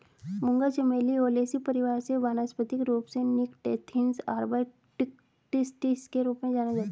मूंगा चमेली ओलेसी परिवार से वानस्पतिक रूप से निक्टेन्थिस आर्बर ट्रिस्टिस के रूप में जाना जाता है